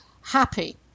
happy